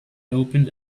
opened